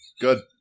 Good